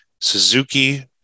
Suzuki